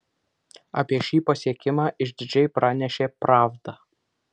apie šį pasiekimą išdidžiai pranešė pravda